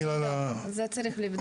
את זה צריך לבדוק.